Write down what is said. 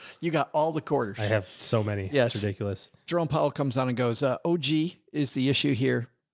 you got all the quarters. i have so many yeah ridiculous jerome powell comes down and goes up. oh gee, is the issue here?